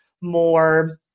more